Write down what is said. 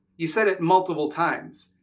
you said it multiple times.